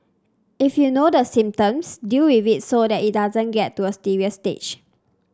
if you know the symptoms deal with it so that it doesn't get to a serious stage